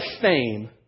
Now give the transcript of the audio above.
fame